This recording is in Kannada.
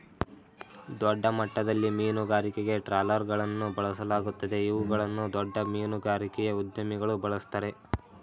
ದೊಡ್ಡಮಟ್ಟದಲ್ಲಿ ಮೀನುಗಾರಿಕೆಗೆ ಟ್ರಾಲರ್ಗಳನ್ನು ಬಳಸಲಾಗುತ್ತದೆ ಇವುಗಳನ್ನು ದೊಡ್ಡ ಮೀನುಗಾರಿಕೆಯ ಉದ್ಯಮಿಗಳು ಬಳ್ಸತ್ತರೆ